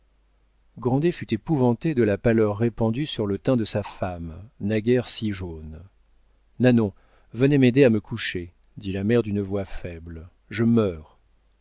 fut épouvanté de la pâleur répandue sur le teint de sa femme naguère si jaune nanon venez m'aider à me coucher dit la mère d'une voix faible je meurs